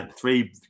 three